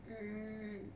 mm